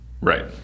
right